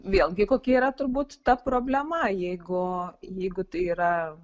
vėlgi kokia yra turbūt ta problema jeigu jeigu tai yra